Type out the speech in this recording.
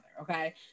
Okay